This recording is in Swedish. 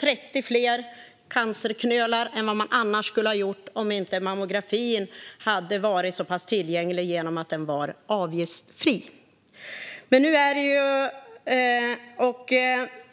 30 fler cancerknölar än vad man annars skulle ha gjort om inte mammografin hade varit så pass tillgänglig genom att den var avgiftsfri.